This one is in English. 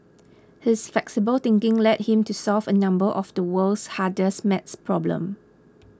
his flexible thinking led him to solve a number of the world's hardest math problems